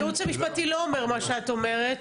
הייעוץ המשפטי לא אומר את מה שאת אומרת,